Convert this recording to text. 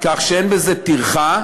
כך שאין בזה טרחה,